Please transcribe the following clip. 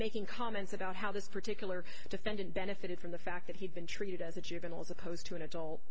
making comments about how this particular defendant benefited from the fact that he'd been treated as a juvenile as opposed to an adult